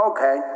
Okay